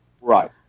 Right